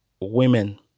women